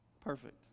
perfect